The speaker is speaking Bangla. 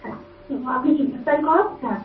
আচ্ছা তো আপনি কি হেয়ার স্টাইল করাতে চান